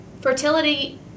fertility